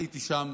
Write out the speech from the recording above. הייתי שם